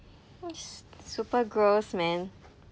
super gross man